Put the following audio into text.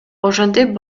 ошентип